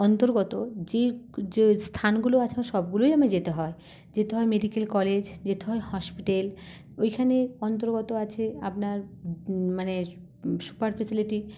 অন্তর্গত যে যে স্থানগুলো আছে সবগুলোই আমায় যেতে হয় যেতে হয় মেডিকেল কলেজ যেতে হয় হসপিটেল ওইখানের অন্তর্গত আছে আপনার মানে সুপার ফেসিলিটি